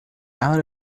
out